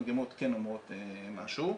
המגמות כן אומרות משהו,